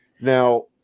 Now